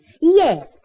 Yes